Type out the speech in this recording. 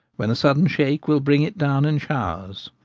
when a sudden shake will bring it down in showers.